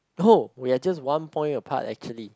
!oho! we are just one point apart actually